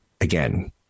Again